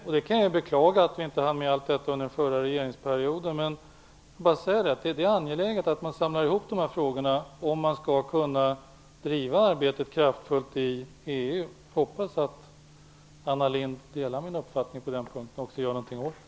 Jag kan beklaga att vi inte hann med allt detta under den förra regeringsperioden, men om vi skall kunna driva det här arbetet kraftfullt i EU är det ändå angeläget att man samlar ihop de här frågorna. Jag hoppas att Anna Lindh delar min uppfattning på den punkten och att hon också gör någonting åt saken.